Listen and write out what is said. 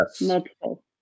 Multiple